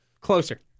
closer